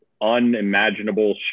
unimaginable